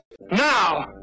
Now